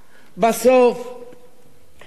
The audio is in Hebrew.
מדיניות דמוגרפית מתבררת